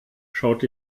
schaut